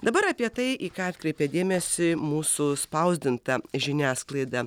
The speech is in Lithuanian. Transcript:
dabar apie tai į ką atkreipė dėmesį mūsų spausdinta žiniasklaida